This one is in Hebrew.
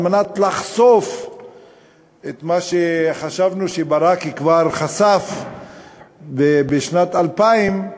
כדי לחשוף את מה שחשבנו שברק כבר חשף בשנת 2000,